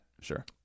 sure